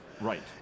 right